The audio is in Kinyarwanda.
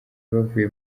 bavuye